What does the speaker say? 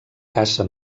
caça